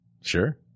Sure